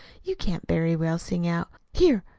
you can't very well sing out here,